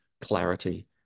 clarity